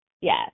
yes